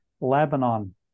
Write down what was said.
Lebanon